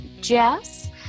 Jess